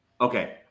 Okay